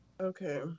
Okay